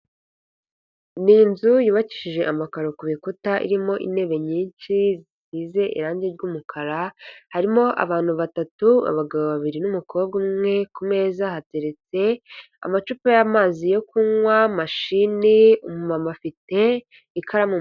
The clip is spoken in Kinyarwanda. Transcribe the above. Ni inzu yubakishije amakaro kubikuta irimo intebe nyinshi zisize irangi ry'umukara, harimo abantu batatu, abagabo babiri n'umukobwa umwe. Ku meza hateretse amacupa y'amazi yo kunywa, mashini, umama afite ikaramu.